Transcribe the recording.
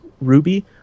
ruby